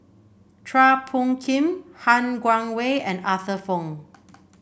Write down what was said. Chua Phung Kim Han Guangwei and Arthur Fong